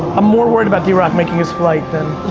i'm more worried about d rock making this flight then.